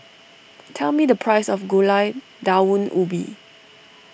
tell me the price of Gulai Daun Ubi